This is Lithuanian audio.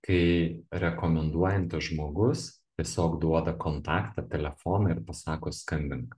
kai rekomenduojantis žmogus tiesiog duoda kontaktą telefoną ir pasako skambink